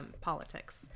politics